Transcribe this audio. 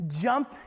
jump